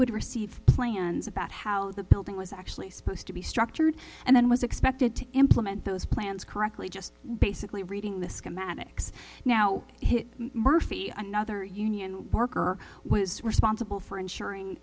would receive plans about how the building was actually supposed to be structured and then was expected to implement those plans correctly just basically reading the schematics now murphy another union worker was responsible for ensuring